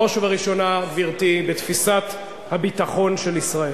בראש ובראשונה, גברתי, בתפיסת הביטחון של ישראל.